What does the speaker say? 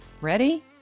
Ready